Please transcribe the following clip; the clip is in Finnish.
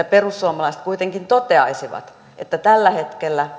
perussuomalaiset kuitenkin toteaisivat että tällä hetkellä